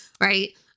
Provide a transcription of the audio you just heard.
Right